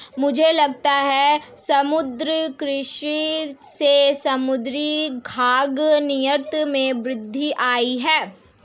मुझे लगता है समुद्री कृषि से समुद्री खाद्य निर्यात में वृद्धि आयी है